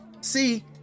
See